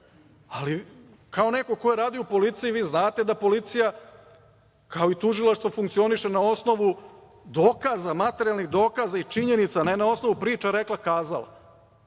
Kao neko ko je radio u policiji vi znate da policija, kao i tužilaštvo funkcioniše na osnovu dokaza, materijalnih dokaza i činjenica, a ne na osnovu priča rekla-kazala.